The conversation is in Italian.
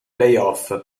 playoff